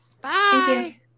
Bye